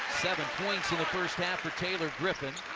seven points in the first half for taylor griffin.